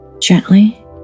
gently